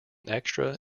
extra